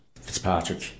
Fitzpatrick